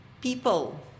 people